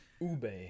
Ube